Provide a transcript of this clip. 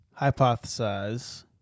hypothesize